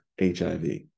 HIV